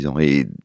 Et